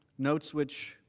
notes which